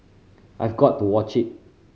I've got to watch it